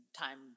time-